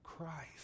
Christ